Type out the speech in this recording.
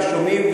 ושומעים,